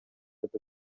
деп